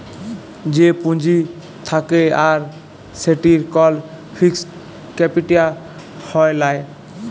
যে পুঁজি থাক্যে আর সেটির কল ফিক্সড ক্যাপিটা হ্যয় লায়